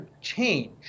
change